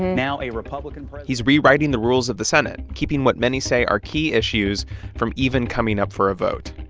now a republican president. he's rewriting the rules of the senate, keeping what many say are key issues from even coming up for a vote.